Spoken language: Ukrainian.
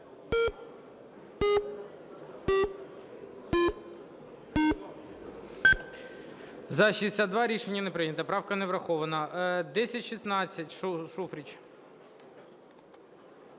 За-62 Рішення не прийнято. Правка не врахована. 1016, Шуфрич.